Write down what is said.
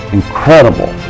incredible